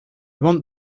want